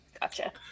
Gotcha